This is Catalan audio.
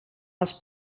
els